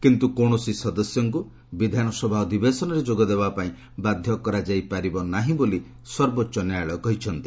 କିନ୍ତୁ କୌଣସି ସଦସ୍ୟଙ୍କୁ ବିଧାନସଭା ଅଧିବେଶନରେ ଯୋଗଦେବା ପାଇଁ ବାଧ୍ୟ କରାଯାଇ ପାରିବ ନାହିଁ ବୋଲି ସର୍ବୋଚ୍ଚ ନ୍ୟାୟାଳୟ କହିଛନ୍ତି